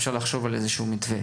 אפשר לחשוב על איזה שהוא מתווה.